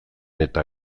eta